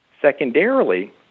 Secondarily